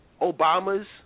Obama's